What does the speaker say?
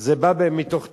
בא מתוך טירוף.